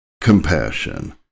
compassion